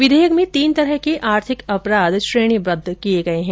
विधेयक में तीन तरह के आर्थिक अपराध श्रेणीबद्ध किए गए हैं